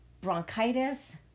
bronchitis